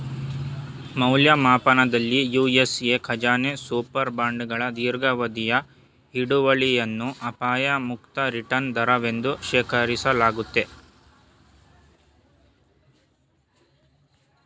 ಮೌಲ್ಯಮಾಪನದಲ್ಲಿ ಯು.ಎಸ್.ಎ ಖಜಾನೆ ಸೂಪರ್ ಬಾಂಡ್ಗಳ ದೀರ್ಘಾವಧಿಯ ಹಿಡುವಳಿಯನ್ನ ಅಪಾಯ ಮುಕ್ತ ರಿಟರ್ನ್ ದರವೆಂದು ಶೇಖರಿಸಲಾಗುತ್ತೆ